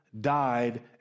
died